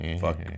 Fuck